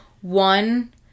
one